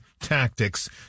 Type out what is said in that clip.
tactics